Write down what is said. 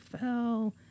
fell